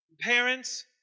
parents